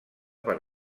per